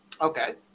okay